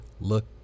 look